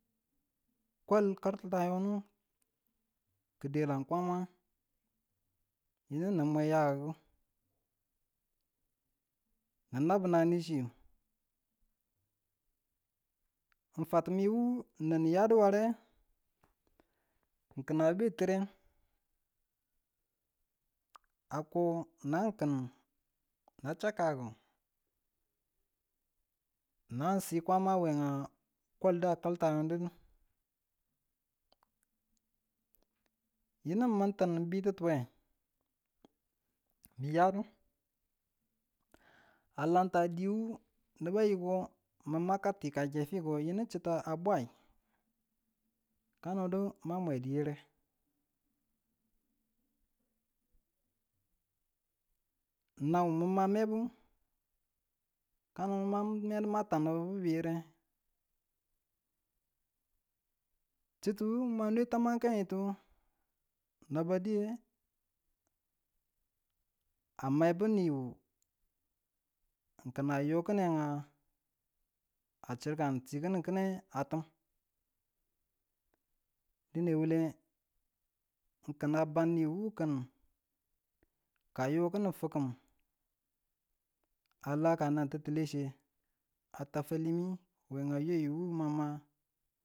Kwa̱l taltitayonu, ki da̱lang Kwama yinu ni mwe ya kiku ni nab nani chuwu, n fwatimuwu nin nin ya du ware, n kina be tireng, kako nan kin na chakkaku, na si Kwama wenga kalda kaltayoni dudu, yinu nin ti n bidituye miyadu, alamta diwu niba yiko min ma kak tiki kakke we fiko yinu chitta a bwayi, ka ma do ma mwe du yare, nan min ma mebu kang min ma tab nibu yare, chituwu min ma nwe twamakangtu, naba diye, a maibu niwu ki na yokina a chirkan ti kinine a tim, dine wule kina banni wu ki, kayo kini fukim ala ka nan tittile chiye, atab fwalimiyu we a ya yayu muma.